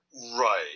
right